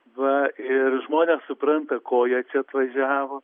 va ir žmonės supranta ko jie čia atvažiavo